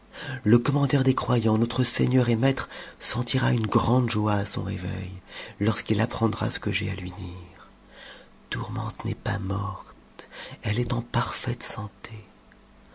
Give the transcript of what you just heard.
le commandeur des croyants notre seigneur et maitre sentira une grande joie à son réveil lorsqu'il apprendra ce que j'ai à lui dire tourmente n'est pas morte elle est en parfaite santé